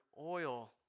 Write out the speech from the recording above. oil